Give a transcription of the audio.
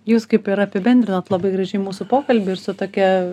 jūs kaip ir apibendrinot labai gražiai mūsų pokalbį ir su tokia